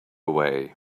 way